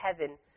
heaven